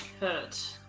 hurt